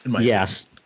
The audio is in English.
Yes